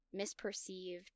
misperceived